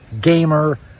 gamer